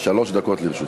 שלוש דקות לרשותך.